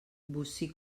bocí